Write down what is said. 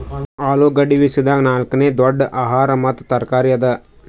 ಆಲೂಗಡ್ಡಿ ವಿಶ್ವದಾಗ್ ನಾಲ್ಕನೇ ದೊಡ್ಡ ಆಹಾರ ಮತ್ತ ತರಕಾರಿ ಅದಾ